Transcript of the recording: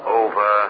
over